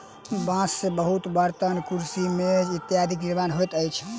बांस से बहुत बर्तन, कुर्सी, मेज इत्यादिक निर्माण होइत अछि